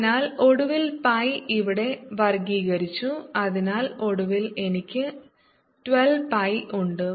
അതിനാൽ ഒടുവിൽ pi ഇവിടെ വർഗ്ഗീകരിച്ചു അതിനാൽ ഒടുവിൽ എനിക്ക് 12 പൈ ഉണ്ട്